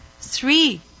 three